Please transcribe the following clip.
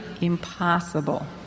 impossible